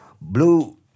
Blue